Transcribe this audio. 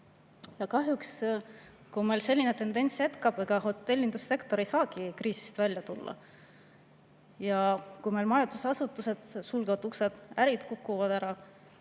Ja kahjuks, kui meil selline tendents jätkub, siis hotellindussektor ei saagi kriisist välja tulla. Meil majutusasutused sulgevad uksed, ärid kukuvad ära